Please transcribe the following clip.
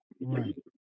right